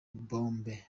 bombe